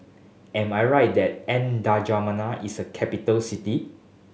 am I right that N'Djamena is a capital city